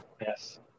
Yes